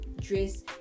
dress